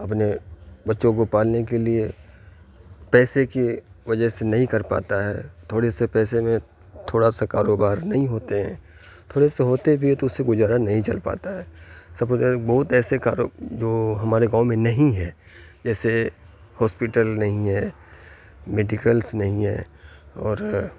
اپنے بچوں کو پالنے کے لیے پیسے کی وجہ سے نہیں کر پاتا ہے تھوڑے سے پیسے میں تھوڑا سا کاروبار نہیں ہوتے ہیں تھوڑے سے ہوتے بھی ہے تو اسے گزارا نہیں چل پاتا ہے بہت ایسے کارو جو ہمارے گاؤں میں نہیں ہے جیسے ہاسپیٹل نہیں ہے میڈیکلس نہیں ہے اور